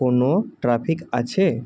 কোনো ট্রাফিক আছে